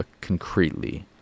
concretely